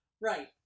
Right